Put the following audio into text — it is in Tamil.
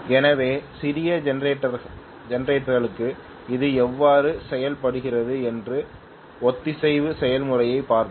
எனவே சிறிய ஜெனரேட்டர்களுக்கு இது எவ்வாறு செய்யப்படுகிறது என்ற ஒத்திசைவு செயல்முறையைப் பார்ப்போம்